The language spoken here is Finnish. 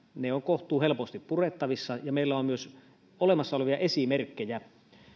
ne ovat kohtuuhelposti purettavissa ja meillä on on myös olemassa olevia esimerkkejä